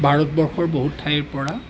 ভাৰতবৰ্ষৰ বহুত ঠাইৰ পৰা